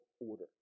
order